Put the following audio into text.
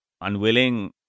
unwilling